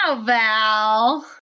Val